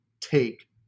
take